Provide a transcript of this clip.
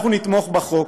אנחנו נתמוך בחוק,